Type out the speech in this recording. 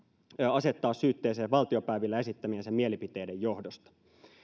asettaa syytteeseen valtiopäivillä esittämiensä mielipiteiden johdosta